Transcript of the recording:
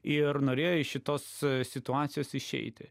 ir norėjo iš šitos situacijos išeiti